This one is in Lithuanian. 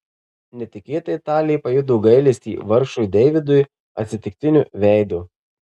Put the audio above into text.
netikėtai talė pajuto gailestį vargšui deividui atsitiktiniu veidu